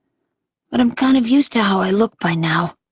but i'm kind of used to how i look by now.